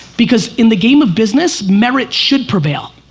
because in the game of business merit should prevail,